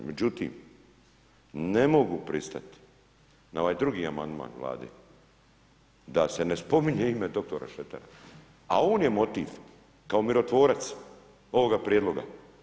Međutim, ne mogu pristati na ovaj drugi amandman Vlade, da se ne spominje ime dr. Šretera a on je motiv kao mirotvorac ovoga prijedloga.